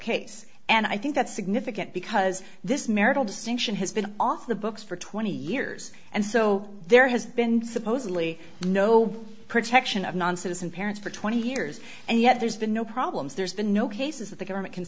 case and i think that's significant because this marital distinction has been off the books for twenty years and so there has been supposedly no protection of non citizen parents for twenty years and yet there's been no problems there's been no cases that the government can